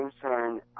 concern